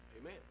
Amen